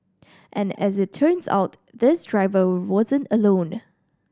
and as it turns out this driver wasn't alone